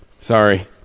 Sorry